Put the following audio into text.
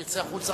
יצא החוצה,